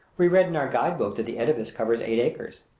we read in our guide-book that the edifice covers eight acres,